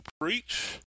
preach